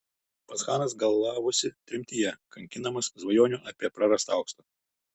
pats chanas galavosi tremtyje kankinamas svajonių apie prarastą auksą